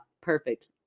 Perfect